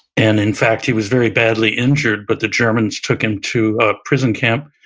and in fact he was very badly injured but the germans took him to a prison camp.